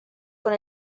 con